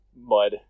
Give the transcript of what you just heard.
mud